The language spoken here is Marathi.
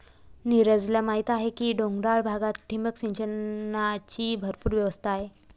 नीरजला माहीत आहे की डोंगराळ भागात ठिबक सिंचनाची भरपूर व्यवस्था आहे